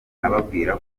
ababwira